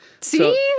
See